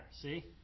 See